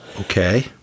Okay